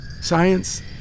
Science